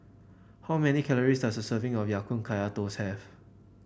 how many calories does a serving of Ya Kun Kaya Toast have